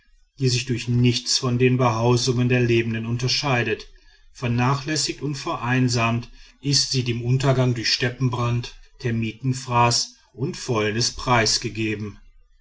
die sich durch nichts von den behausungen der lebenden unterscheidet vernachlässigt und vereinsamt ist sie dem untergang durch steppenbrand termitenfraß und fäulnis preisgegeben